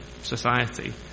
society